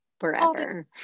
forever